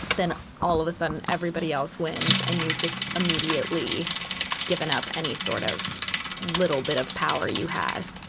then all of a sudden everybody else wins. and you've just immediately given up any sort of little bit of power you had.